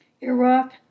Iraq